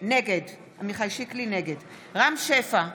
נגד רם שפע,